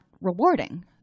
rewarding